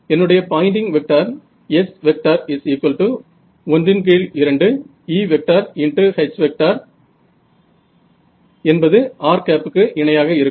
என்னுடைய pointing vector S12 EH r க்கு இணையாக இருக்கும்